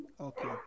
okay